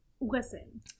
Listen